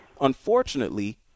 unfortunately